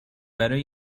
برای